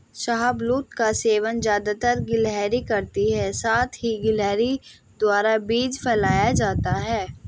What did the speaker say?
शाहबलूत का सेवन ज़्यादातर गिलहरी करती है साथ ही गिलहरी द्वारा बीज फैलाया जाता है